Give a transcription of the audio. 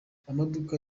amaduka